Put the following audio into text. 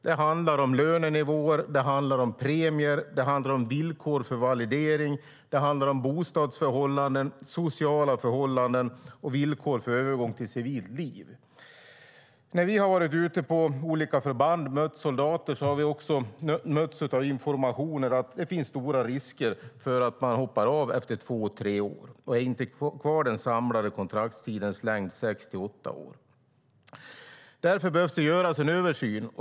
Det handlar om lönenivåer, premier, villkor för validering, bostadsförhållanden, sociala förhållanden och villkor för övergång till civilt liv. När vi har varit ute på olika förband och mött soldater har vi också mötts av informationen att det finns stora risker för att man hoppar av efter två eller tre år och inte är kvar under den samlade kontraktstidens längd på sex till åtta år. Därför behöver det göras en översyn.